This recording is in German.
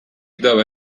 dabei